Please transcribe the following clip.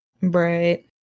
right